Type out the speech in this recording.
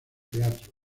teatro